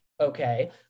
Okay